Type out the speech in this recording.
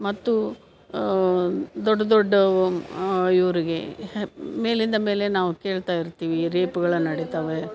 ಮತ್ತು ದೊಡ್ಡ ದೊಡ್ಡವು ಇವ್ರಿಗೆ ಹ ಮೇಲಿಂದ ಮೇಲೆ ನಾವು ಕೇಳ್ತಾಯಿರ್ತೀವಿ ರೇಪ್ಗಳು ನಡಿತವೆ